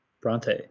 Bronte